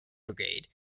brigade